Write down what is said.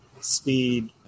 speed